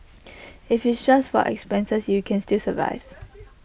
if it's just for your expenses you can still survive